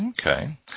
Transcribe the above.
Okay